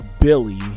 billy